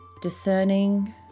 discerning